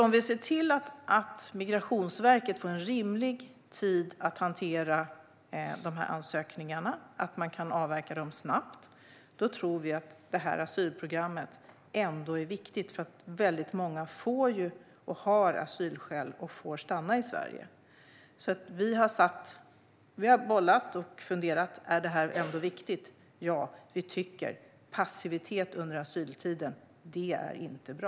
Om Migrationsverket får rimlig tid att hantera ansökningarna, så att de kan avverkas snabbt, tror vi att asylprogrammet är viktigt. Många har ju asylskäl och får stanna i Sverige. Vi har kommit fram till att detta är viktigt. Passivitet under asyltiden är inte bra.